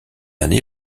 année